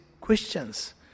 questions